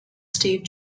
steve